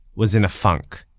was in a funk.